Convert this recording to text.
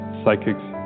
psychics